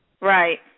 Right